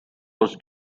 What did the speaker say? was